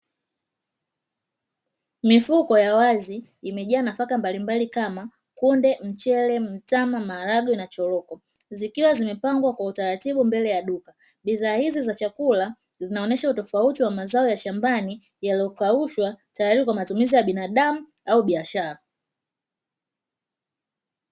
Mifuko ya wazi imejaa nafaka mbalimbali kama kunde, mchele, mtama, maharage na choroko zikiwa zimepangwa kwa utaratibu mbele ya duka. Bidhaa hizi za chakula zinaonesha utofauti wa mazao ya shambani yaliyokaushwa tayari kwa matumizi ya binadamu au biashara.